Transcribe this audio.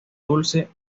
dulce